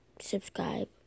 Subscribe